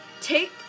Take